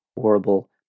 horrible